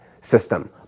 system